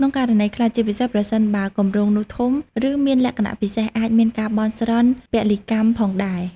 ក្នុងករណីខ្លះ ជាពិសេសប្រសិនបើគម្រោងនោះធំ ឬមានលក្ខណៈពិសេស អាចមានការបន់ស្រន់ពលីកម្មផងដែរ។